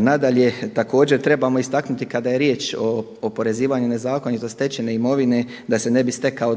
Nadalje, također trebamo istaknuti kada je riječ o oporezivanju nezakonito stečene imovine da se ne bi stekao